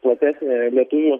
platesnę lietuvių